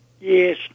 Yes